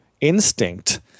instinct